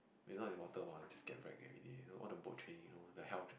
you know in water !wah! you just get wreck everyday you know all the boat training you know all the hell